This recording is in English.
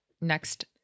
next